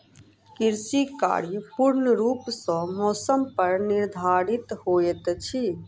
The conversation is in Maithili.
कृषि कार्य पूर्ण रूप सँ मौसम पर निर्धारित होइत अछि